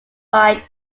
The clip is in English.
unified